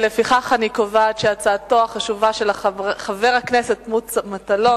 לפיכך אני קובעת שהצעתו החשובה של חבר הכנסת מוץ מטלון